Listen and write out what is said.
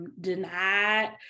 denied